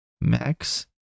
Max